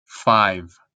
five